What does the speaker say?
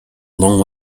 long